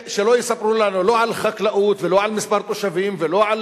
שלא יספרו לנו לא על חקלאות ולא על מספר תושבים ולא על